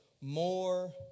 more